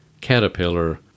caterpillar